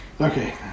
Okay